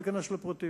לא אכנס לפרטים,